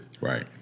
Right